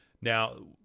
Now